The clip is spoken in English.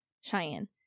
Cheyenne